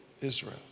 Israel